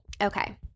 okay